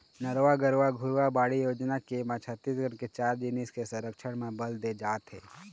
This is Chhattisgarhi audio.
नरूवा, गरूवा, घुरूवा, बाड़ी योजना के म छत्तीसगढ़ के चार जिनिस के संरक्छन म बल दे जात हे